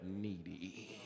needy